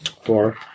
Four